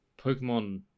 Pokemon